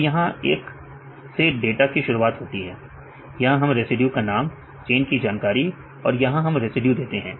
अब यहां एक से डाटा की शुरुआत होती है यहां हम रेसिड्यू का नाम चेन की जानकारी और यहां हम रेसिड्यू देते हैं